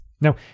Now